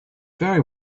very